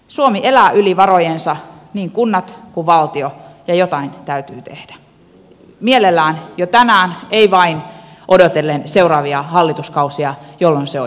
suomi elää yli varojensa niin kunnat kuin valtio ja jotain täytyy tehdä mielellään jo tänään ei vain odotellen seuraavia hallituskausia jolloin se on jo liian myöhäistä